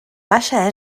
baixa